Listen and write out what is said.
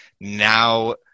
now